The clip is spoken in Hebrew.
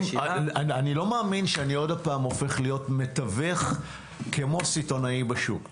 אני לא מאמין שאני עוד פעם הופך להיות מתווך כמו סיטונאי בשוק.